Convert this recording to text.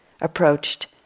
approached